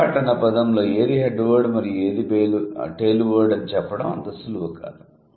go kart అన్న పదంలో ఏది హెడ్ వర్డ్ మరియు ఏది టెయిల్ వర్డ్ అని చెప్పడం అంత సులువు కాదు